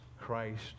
Christ